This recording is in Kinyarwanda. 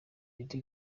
lady